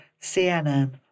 CNN